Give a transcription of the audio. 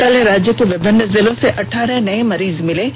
कल राज्य के विभिन्न जिलों से अठारह नये मरीज मिले हैं